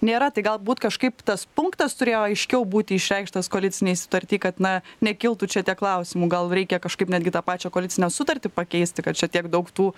nėra tai galbūt kažkaip tas punktas turėjo aiškiau būti išreikštas koalicinėj sutarty kad na nekiltų čia tiek klausimų gal reikia kažkaip netgi tą pačią koalicinę sutartį pakeisti kad čia tiek daug tų